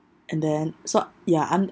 and then so ya I'm